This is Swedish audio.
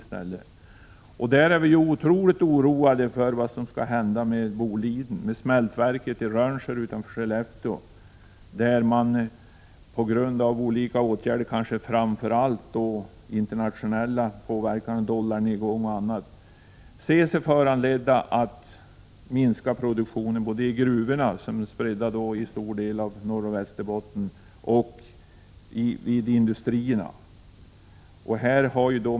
Vi är mycket oroade för vad som skall hända med Boliden, med smältverket i Rönnskär utanför Skellefteå, där man kanske framför allt på grund av internationell påverkan genom dollarkursens nedgång och annat ser sig föranledd att minska produktionen. Det gäller produktionen både i gruvorna, som är spridda i stora delar av Norrbotten och Västerbotten, och vid industrierna.